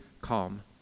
calm